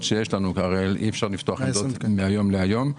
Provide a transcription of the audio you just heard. שיש לנו אי אפשר לפתוח עמדות מהיום להיום.